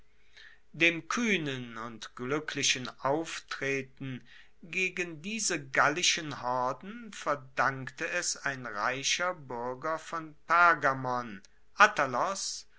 dem kuehnen und gluecklichen auftreten gegen diese gallischen horden verdankte es ein reicher buerger von